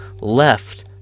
left